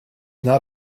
not